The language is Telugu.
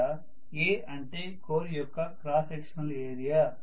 ఇక్కడ A అంటే కోర్ యొక్క క్రాస్ సెక్షనల్ ఏరియా